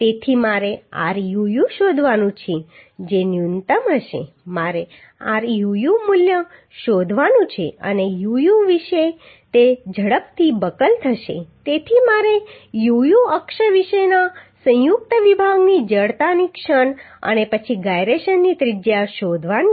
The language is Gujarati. તેથી મારે ruu શોધવાનું છે જે ન્યૂનતમ હશે મારે ruu મૂલ્ય શોધવાનું છે અને uu વિશે તે ઝડપથી બકલ થશે તેથી મારે uu અક્ષ વિશેના સંયુક્ત વિભાગની જડતાની ક્ષણ અને પછી gyrationની ત્રિજ્યા શોધવાની છે